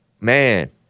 man